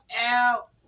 out